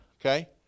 Okay